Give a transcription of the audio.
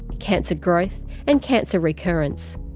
cancer growth and cancer recurrence.